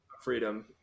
freedom